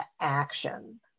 action